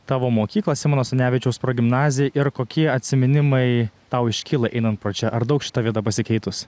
tavo mokyklos simono stanevičiaus progimnaziją ir kokie atsiminimai tau iškyla einant pro čia ar daug šita vieta pasikeitus